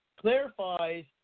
clarifies